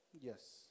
Yes